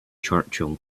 churchill